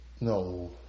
No